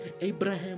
Abraham